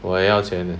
我也要钱 leh